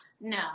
No